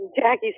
Jackie